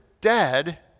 dead